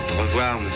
revoir